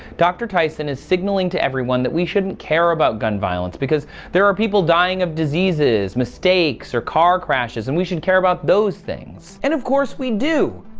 dr. tyson is signaling to everyone that we shouldn't care about gun violence because there are people dying of diseases, mistakes or car crashes. and we should care about those things. and of course we do.